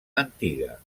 antiga